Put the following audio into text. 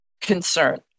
concern